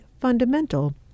fundamental